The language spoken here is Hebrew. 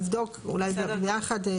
נבדוק, אולי ביחד.